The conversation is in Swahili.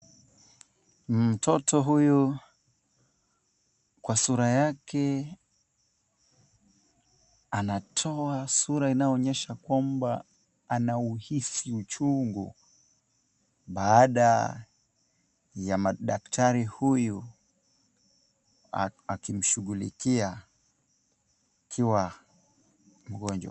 Mtoto huyu kwa sura yake anatoa sura inayoonyesha kwamba anauhisi uchungu baada ya madaktari huyu akimshughulikia akiwa mgonjwa.